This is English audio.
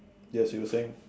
yes you were saying